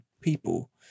people